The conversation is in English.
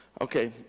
Okay